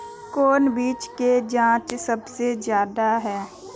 कौन बिचन के चर्चा सबसे ज्यादा है?